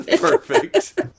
Perfect